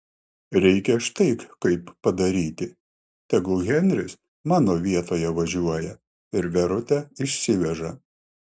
reikia štai kaip padaryti tegul henris mano vietoje važiuoja ir verutę išsiveža